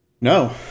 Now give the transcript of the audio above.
No